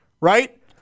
right